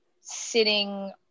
sitting